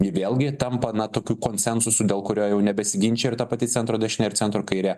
ji vėlgi tampa na tokiu konsensusu dėl kurio jau nebesiginčija ir ta pati centro dešinė ir centro kairė